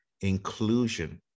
inclusion